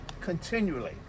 continually